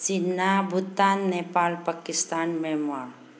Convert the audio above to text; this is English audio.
China Bhutan Nepal Pakistan Myanmar